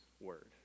word